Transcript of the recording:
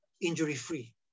injury-free